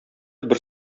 бер